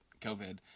COVID